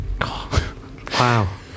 wow